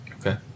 Okay